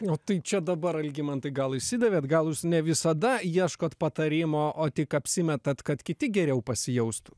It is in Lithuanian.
o tai čia dabar algimantai gal išsidavėt gal jūs ne visada ieškot patarimo o tik apsimetat kad kiti geriau pasijaustų